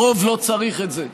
הרוב לא צריך את זה.